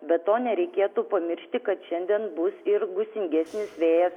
be to nereikėtų pamiršti kad šiandien bus ir gūsingesnis vėjas